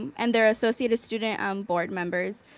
and their associated student um board members.